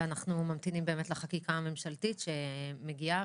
אנחנו ממתינים באמת לחקיקה הממשלתית שמגיעה,